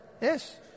Yes